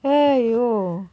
!aiyo!